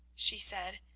she said,